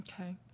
Okay